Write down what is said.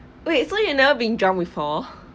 wait so you never been drunk before